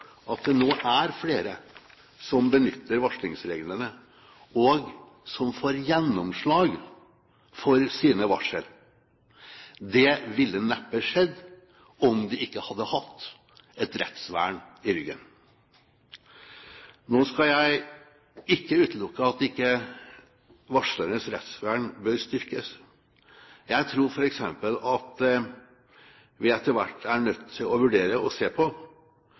at det nå er flere som benytter varslingsreglene, og som får gjennomslag for sine varsler. Det ville neppe skjedd om de ikke hadde hatt et rettsvern i ryggen. Nå skal jeg ikke utelukke at varsleres rettsvern bør styrkes. Jeg tror f.eks. at vi etter hvert er nødt til å vurdere å se på